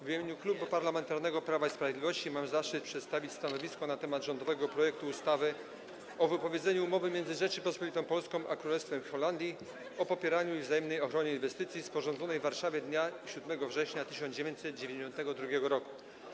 W imieniu Klubu Parlamentarnego Prawo i Sprawiedliwość mam zaszczyt przedstawić stanowisko w sprawie rządowego projektu ustawy o wypowiedzeniu umowy między Rzecząpospolitą Polską i Królestwem Holandii o popieraniu i wzajemnej ochronie inwestycji, sporządzonej w Warszawie dnia 7 września 1992 r.